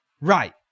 Right